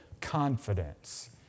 confidence